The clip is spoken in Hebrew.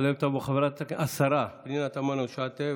תעלה ותבוא השרה פנינה תמנו שטה,